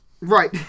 Right